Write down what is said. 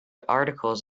articles